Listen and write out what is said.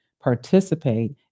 participate